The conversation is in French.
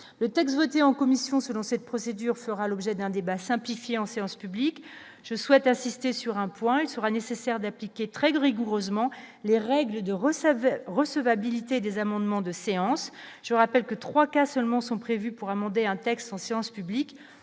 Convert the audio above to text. le texte voté en commission selon cette procédure, fera l'objet d'un débat simplifié en séance publique je souhaite insister sur un point : il sera nécessaire d'appliquer très gros rigoureusement les règles de receveur recevabilité des amendements de séance, je vous rappelle que 3 cas seulement sont prévus pour amender un texte en séance publique